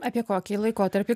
apie kokį laikotarpį